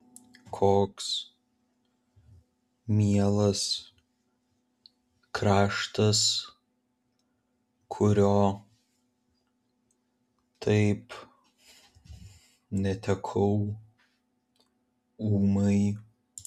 koks mielas kraštas kurio taip netekau ūmai